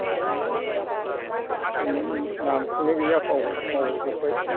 सोर सोर सोरमोन नामखौनो गैया बाव बावजोब्बाय